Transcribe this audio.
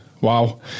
wow